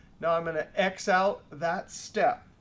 now i'm going to x out that step.